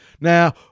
Now